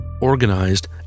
organized